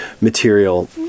material